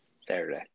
Saturday